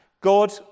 God